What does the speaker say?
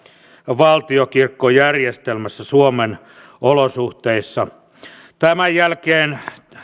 valtionkirkkojärjestelmästä suomen olosuhteissa tämän jälkeen